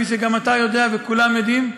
כפי שגם אתה יודע וכולם יודעים,